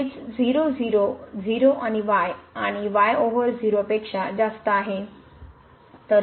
हे च 0 0 0 आणि y आणि y over 0 पेक्षा जास्त आहे